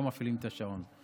לא מפעילים את השעון.